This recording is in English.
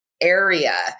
area